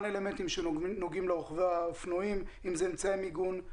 אלמנטים שנוגעים לרוכבי האופנועים אמצעי מיגון,